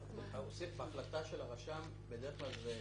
בהחלטה של הרשם בדרך כלל זה